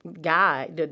guy